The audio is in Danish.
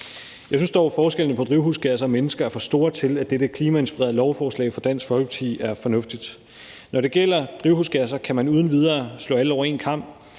Jeg synes dog, forskellene på drivhusgasser og mennesker er for store til, at dette klimainspirerede lovforslag fra Dansk Folkeparti er fornuftigt. Når det gælder drivhusgasser, kan man uden videre skære alle over en kam.